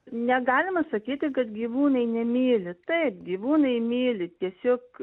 negalima sakyti kad gyvūnai nemyli taip gyvūnai myli tiesiog